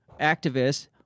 activists